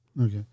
Okay